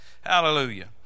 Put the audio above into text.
Hallelujah